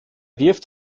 wirft